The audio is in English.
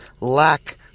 lack